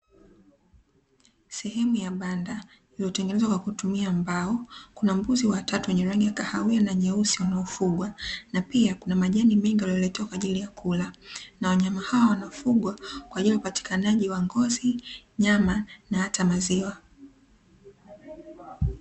Sehemu ya banda lililotengenezwa kwa kutumia mbao, kuna mbuzi watatu wenye rangi ya kahawia na nyeusi wanaofugwa, na pia kuna majani mengi walioletewa kwa ajili ya kula, na wanyama hao wanafugwa kwa ajili ya upatikanaji wa ngozi, nyama, na hata maziwa.